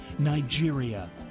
Nigeria